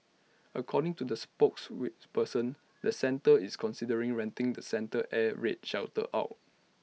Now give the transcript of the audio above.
according to the spokes which person the centre is considering renting the center air raid shelter out